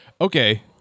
okay